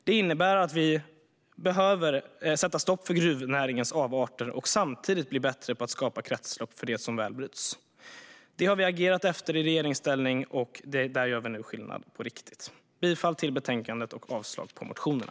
Det innebär att vi behöver sätta stopp för gruvnäringens avarter och samtidigt bli bättre på att skapa kretslopp för det som bryts. Det har vi agerat efter i regeringsställning, och där gör vi nu skillnad på riktigt. Jag yrkar bifall till betänkandet och avslag på motionerna.